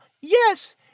yes